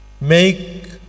make